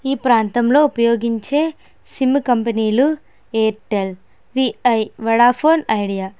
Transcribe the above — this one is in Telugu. ఈ ప్రాంతంలో ఉపయోగించే సిమ్ము కంపెనీలు ఎయిర్టెల్ విఐ వోడాఫోన్ ఐడియా